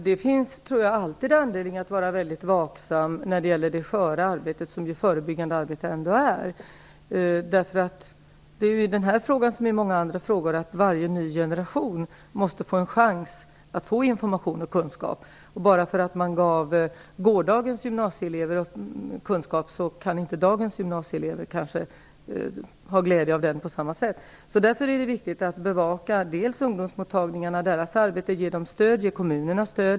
Herr talman! Jag tror att det alltid finns anledning att vara mycket vaksam vad gäller det sköra arbete som den förebyggande verksamheten ändå är. I denna fråga liksom i många andra frågor måste varje ny generation få en chans att få information och kunskap. Att man gav gårdagens gymnasieelever kunskaper är inte till så stor glädje för dagens gymnasieelever. Det är med hänsyn till detta viktigt dels att bevaka och stödja ungdomsmottagningarnas arbete, dels att ge stöd till kommunerna.